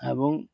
এৱং